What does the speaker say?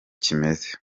kimeze